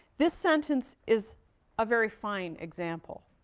this sentence is a very fine example